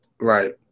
Right